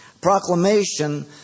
proclamation